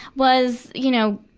was, you know,